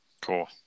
cool